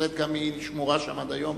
בהחלט היא שמורה שם עד היום,